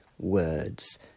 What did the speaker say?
words